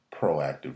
proactive